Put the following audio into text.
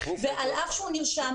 ועל אף שהוא נרשם,